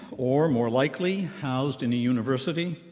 or more likely housed in a university,